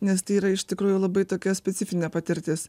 nes tai yra iš tikrųjų labai tokia specifinė patirtis